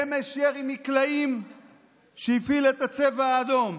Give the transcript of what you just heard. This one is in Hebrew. אמש ירי מקלעים שהפעיל את הצבע האדום,